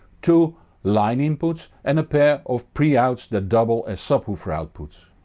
two line inputs and a pair of pre-outs that double as subwoofer outputs.